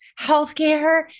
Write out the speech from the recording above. healthcare